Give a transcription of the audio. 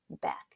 back